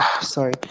sorry